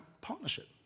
partnership